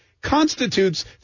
constitutes